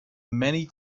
many